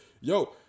Yo